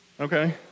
okay